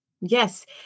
Yes